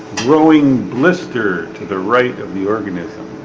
growing blister to the right of the organism.